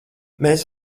mēs